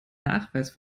nachweis